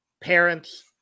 parents